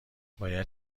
باید